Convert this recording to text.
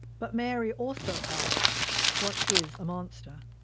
but mary also asks what is a monster?